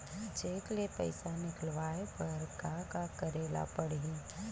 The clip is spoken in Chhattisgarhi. चेक ले पईसा निकलवाय बर का का करे ल पड़हि?